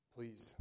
Please